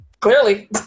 clearly